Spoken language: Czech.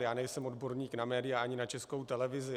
Já nejsem odborník na média, ani na Českou televizi.